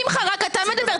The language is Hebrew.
שמחה, רק אתה מדבר.